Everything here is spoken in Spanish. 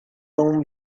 aún